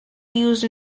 used